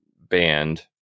band